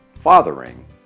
fathering